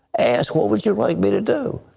and what would you like me to do?